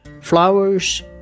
Flowers